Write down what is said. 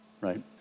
right